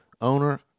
owner